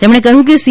તેમણે કહ્યું કે સી